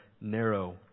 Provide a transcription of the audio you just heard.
narrow